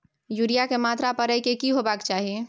Urea के मात्रा परै के की होबाक चाही?